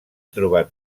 trobat